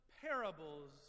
parables